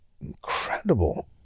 incredible